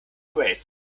grace